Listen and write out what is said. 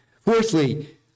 Fourthly